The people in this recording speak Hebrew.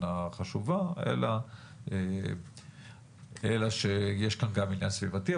החשובה אלא שיש כאן גם עניין סביבתי.